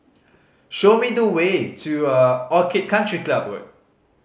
show me the way to a Orchid Club Road